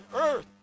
earth